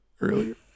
earlier